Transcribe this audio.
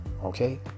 Okay